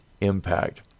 impact